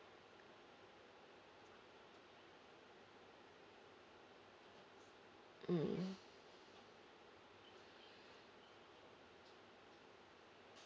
mm